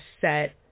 set